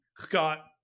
Scott